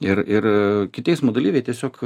ir ir kiti eismo dalyviai tiesiog